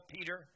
Peter